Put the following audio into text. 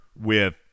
with-